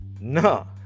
No